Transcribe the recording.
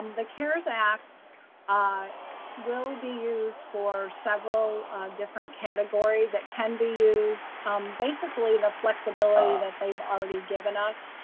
the cares act ah will be used for several different categories that can be used basically the flexibility that they've already given us,